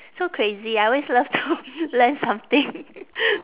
so crazy I always love to learn something